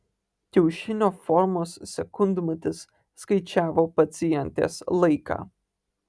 kiaušinio formos sekundmatis skaičiavo pacientės laiką